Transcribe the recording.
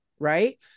Right